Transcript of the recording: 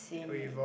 see